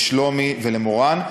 לשלומי ולמורן,